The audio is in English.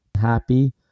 happy